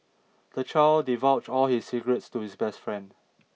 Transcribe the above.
the child divulged all his secrets to his best friend